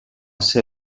ser